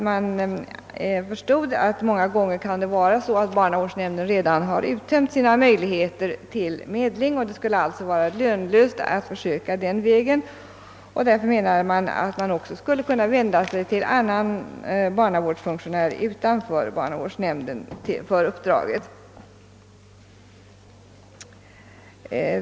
Man förstod att barnavårdsnämnden i många fall redan kunde ha uttömt sina möjligheter till medling och att det skulle vara lönlöst att försöka den vägen. Därför menade man att det borde finnas möjlighet att vända sig till annan barnavårdsfunktionär utanför barnavårdsnämnden för uppdraget.